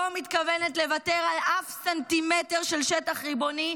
לא מתכוונת לוותר על אף סנטימטר של שטח ריבוני.